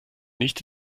nicht